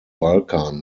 balkan